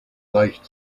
leicht